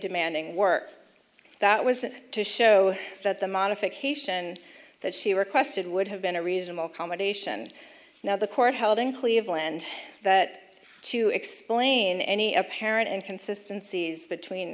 demanding work that was to show that the modification that she requested would have been a reasonable accommodation now the court held in cleveland that to explain any apparent inconsistency between